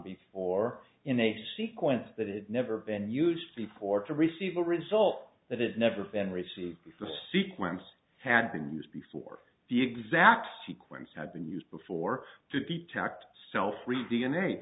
before in a sequence that had never been used before to receive a result that had never been received the sequence had been used before the exact sequence had been used before to detect cell free d